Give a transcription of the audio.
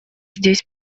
здесь